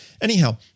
Anyhow